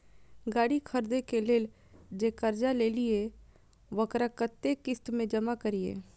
गाड़ी खरदे के लेल जे कर्जा लेलिए वकरा कतेक किस्त में जमा करिए?